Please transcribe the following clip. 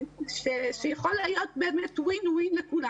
שיכול להיות באמת Win-Win לכולם.